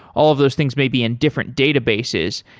all of those things may be in different databases,